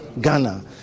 Ghana